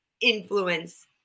influence